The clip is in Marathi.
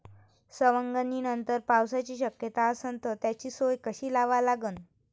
सवंगनीनंतर पावसाची शक्यता असन त त्याची सोय कशी लावा लागन?